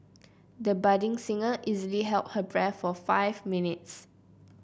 the budding singer easily held her breath for five minutes